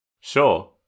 Sure